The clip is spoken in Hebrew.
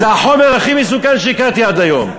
זה החומר הכי מסוכן שהכרתי עד היום.